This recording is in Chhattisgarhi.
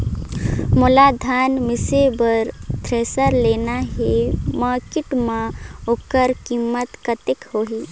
मोला धान मिसे बर थ्रेसर लेना हे मार्केट मां होकर कीमत कतेक होही?